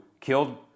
killed